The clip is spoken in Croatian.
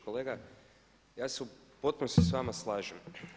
Kolega, ja se u potpunosti s vama slažem.